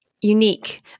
unique